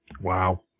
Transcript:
Wow